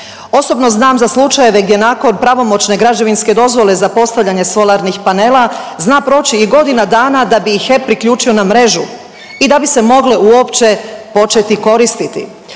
Osobno znam za slučajeve gdje nakon pravomoćne građevinske dozvole za postavljanje solarnih panela zna proći i godina dana da bi ih HEP priključio na mrežu i da bi se mogle uopće početi koristiti.